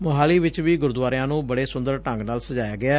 ਮੁਹਾਲੀ ਵਿਚ ਵੀ ਗੁਰਦੁਆਰਿਆਂ ਨੂੰ ਬੜੇ ਸੂੰਦਰ ਢੰਗ ਨਾਲ ਸਜਾਇਆ ਗਿਐ